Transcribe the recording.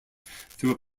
through